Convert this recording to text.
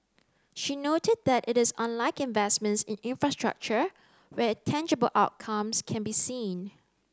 she noted that it is unlike investments in infrastructure where tangible outcomes can be seen